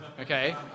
okay